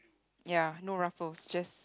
ya no ruffles just